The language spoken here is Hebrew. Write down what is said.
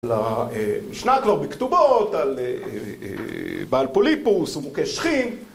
למשנה לא בכתובות על בעל פוליפוס ומוכה שחין